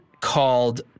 called